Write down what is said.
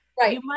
Right